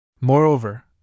Moreover